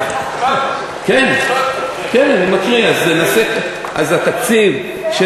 כן, אז אני מקריא: התקציב של